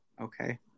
Okay